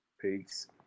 Peace